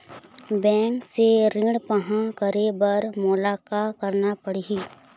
Bank से ऋण पाहां करे बर मोला का करना पड़ही?